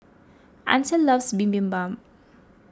Ancel loves Bibimbap